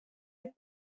have